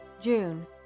June